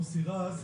מוסי רז,